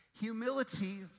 humility